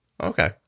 Okay